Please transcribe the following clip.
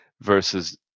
versus